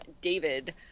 David